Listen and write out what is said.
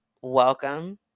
Welcome